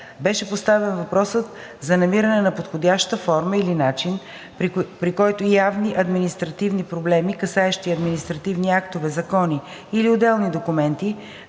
Беше поставен въпросът за намиране на подходяща форма или начин, при която явни административни проблеми, касаещи административни актове, закони или отделни документи